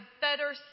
better